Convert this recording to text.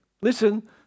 listen